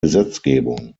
gesetzgebung